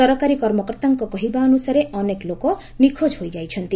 ସରକାରୀ କର୍ମକର୍ତ୍ତାଙ୍କ କହିବା ଅନୁସାରେ ଅନେକ ଲୋକ ନିଖୋଜ ହୋଇଯାଇଛନ୍ତି